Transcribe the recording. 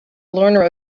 learner